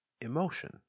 emotion